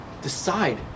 decide